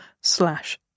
slash